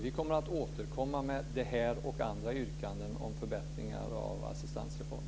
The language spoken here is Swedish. Vi kommer att återkomma med detta och andra yrkanden om förbättringar av assistansreformen.